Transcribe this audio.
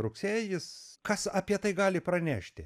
rugsėjis kas apie tai gali pranešti